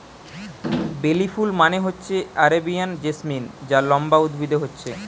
বেলি ফুল মানে হচ্ছে আরেবিয়ান জেসমিন যা লম্বা উদ্ভিদে হচ্ছে